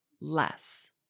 less